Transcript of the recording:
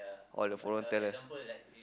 all the foreign talent